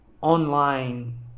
online